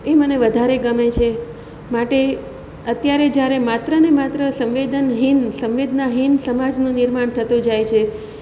એ મને વધારે ગમે છે માટે અત્યારે જ્યારે માત્રને માત્ર સંવેદનહીન સંવેદનાહીન સમાજનું નિર્માણ થતું જાય છે